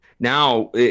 Now